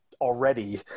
already